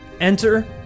Enter